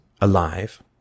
alive